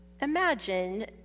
Imagine